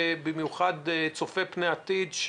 במיוחד צופה פני עתיד,